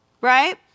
right